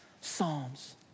psalms